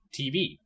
TV